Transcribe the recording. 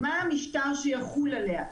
מה המשטר שיחול עליה?